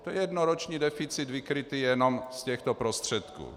To je jednoroční deficit vykrytý jenom z těchto prostředků.